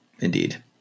Indeed